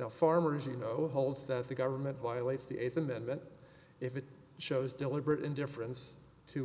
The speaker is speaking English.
now farmers you know holds that the government violates the eighth amendment if it shows deliberate indifference to